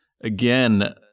Again